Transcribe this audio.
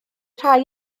rhai